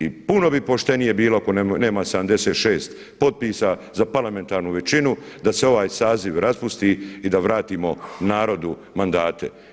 I puno bi poštenije bilo ako nema 76 potpisa za parlamentarnu većinu da se ovaj saziv raspusti i da vratimo narodu mandate.